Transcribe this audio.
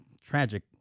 tragic